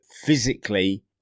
physically